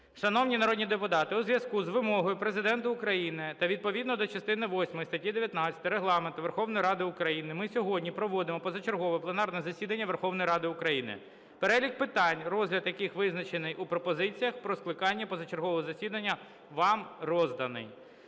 Шановні народні депутати, у зв'язку з вимогою Президента України та відповідно до частини восьмої статті 19 Регламенту Верховної Ради України ми сьогодні проводимо позачергове пленарне засідання Верховної Ради України. Перелік питань, розгляд яких визначений у пропозиціях про скликання позачергового засідання, вам розданий.